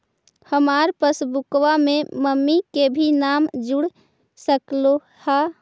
हमार पासबुकवा में मम्मी के भी नाम जुर सकलेहा?